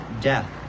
death